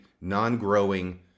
non-growing